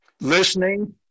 Listening